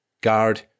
guard